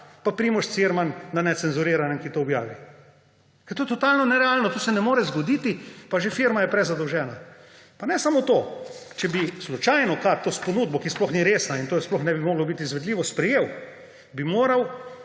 pa Primož Cirman na Necenzuriranem, ki to objavi. To je totalno nerealno, to se ne more zgoditi! Pa že firma je prezadolžena. Pa ne samo to, če bi slučajno to ponudbo, ki ni resna in to sploh ne bi moglo biti izvedljivo, sprejel, bi morala